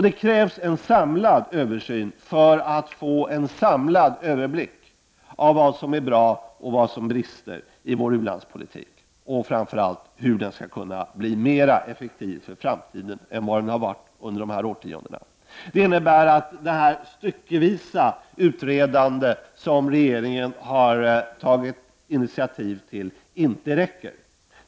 Det krävs en samlad översyn för att få en samlad överblick över vad som är bra och vad som brister i vår u-landspolitik och framför allt hur den skall kunna bli mer effektiv i framtiden än den varit de senaste årtiondena. Detta innebär att det utredande styckevis som regeringen har tagit initiativ till inte räcker.